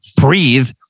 breathe